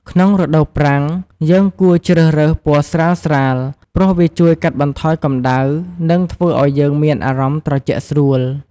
ក្នុងរដូវប្រាំង យើងគួរជ្រើសរើសពណ៌ស្រាលៗ ព្រោះវាជួយកាត់បន្ថយកម្ដៅ និងធ្វើឱ្យយើងមានអារម្មណ៍ត្រជាក់ស្រួល។